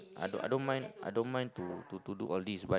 I don't I don't mind I don't mind to to to do all these but